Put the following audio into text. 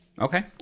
Okay